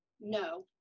No